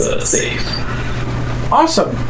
Awesome